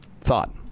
thought